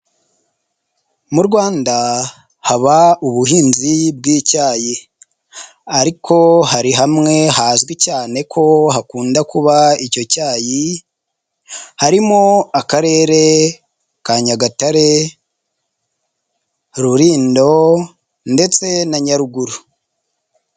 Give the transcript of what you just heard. Mu Rwanda haba ubuhinzi bw'icyayi, ariko hari hamwe hazwi cyane ko hakunda kuba icyo cyayi, hari Akarere ka Nyagatare, Rulindo ndetse na Nyaruguru.